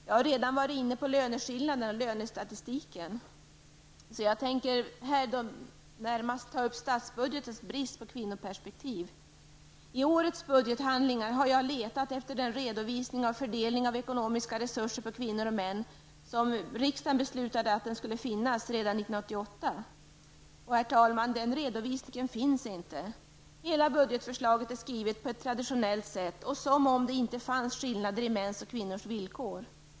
Jag har redan varit inne på löneskillnaderna och lönestatistiken, så jag tänker här närmast ta upp statsbudgetens brist på kvinnoperspektiv. I årets budgetshandlingar har jag letat efter den redovisning av fördelningen av ekonomiska resurser på kvinnor och män som riksdagen beslutade om redan 1988. Och herr talman, den redovisningen finns inte! Hela budgetförslaget är skrivet på ett traditionellt sätt och som om det inte fanns skillnader i mäns och kvinnors villkor.